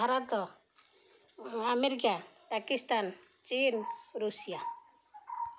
Bharat America Pakistan ଚୀନ Russia